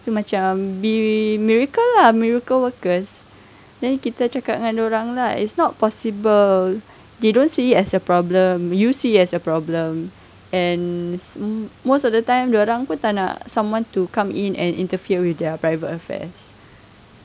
so macam be miracle lah miracle workers then kita cakap dengan dia orang lah it's not possible they don't see it as a problem you see it as a problem and most of the time dia orang pun tak nak someone to come in and interfere with their private affairs